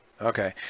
Okay